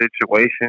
situation